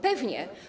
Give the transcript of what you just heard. Pewnie.